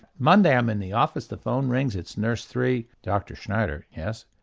monday i'm in the office, the phone rings, it's nurse three, dr schneider yes.